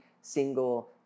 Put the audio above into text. single